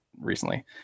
recently